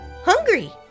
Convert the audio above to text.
hungry